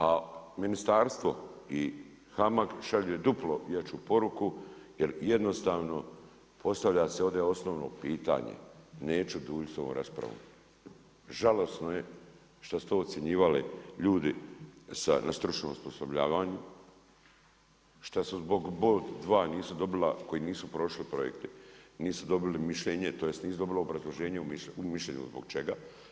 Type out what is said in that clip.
A ministarstvo i HAMAG šalje duplu jaču poruku, jer jednostavno, postavlja se ovdje osnovno pitanje, neću duljiti s ovom raspravom, žalosno je što su to ocjenjivali ljudi na stručnom osposobljavanju, što su zbog bod, dva nisu dobili, koji nisu prošli projekte, nisu bili mišljenje, tj. nisu dobili obrazloženje u mišljenju, zbog čega?